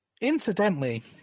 Incidentally